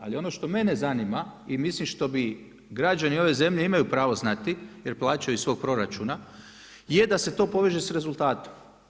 Ali ono što mene zanima i mislim što bi građani ove zemlje imaju pravo znati jer plaćaju iz svog proračuna, je da se to poveže sa rezultatom.